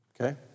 okay